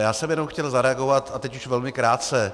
Já jsem jenom chtěl zareagovat, a teď už velmi krátce.